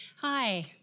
Hi